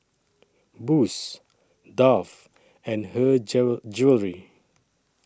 Boost Dove and Her Jewellery